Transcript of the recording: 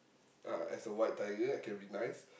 uh as a white tiger I can be nice